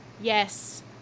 Yes